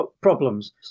problems